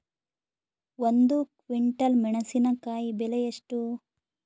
ಒಂದು ಕ್ವಿಂಟಾಲ್ ಮೆಣಸಿನಕಾಯಿ ಬೆಲೆ ಎಷ್ಟು?